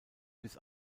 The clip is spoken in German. bis